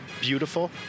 beautiful